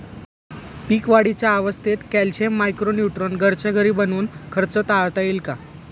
पीक वाढीच्या अवस्थेत calcium, micro neutron घरच्या घरी बनवून खर्च टाळता येईल का?